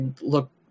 look